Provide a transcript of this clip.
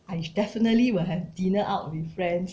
I definitely will have dinner out with friends